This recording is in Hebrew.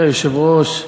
גברתי היושבת-ראש,